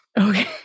okay